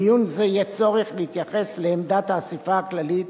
בדיון זה יהיה צורך להתייחס לעמדת האספה הכללית,